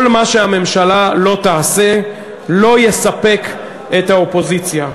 כל מה שהממשלה לא תעשה, לא יספק את האופוזיציה.